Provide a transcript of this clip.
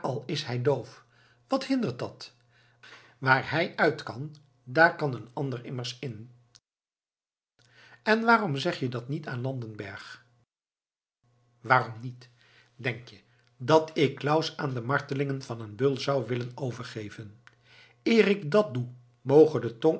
is hij doof wat hindert dat waar hij uit kan daar kan een ander immers in en waarom zeg je dat niet aan landenberg waarom niet denk je dat ik claus aan de martelingen van een beul zou willen overgeven eer ik dat doe moge de tong